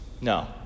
No